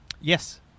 Yes